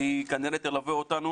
והיא כנראה תלווה אותנו